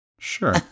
Sure